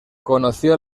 conoció